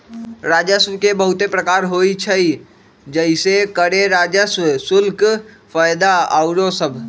राजस्व के बहुते प्रकार होइ छइ जइसे करें राजस्व, शुल्क, फयदा आउरो सभ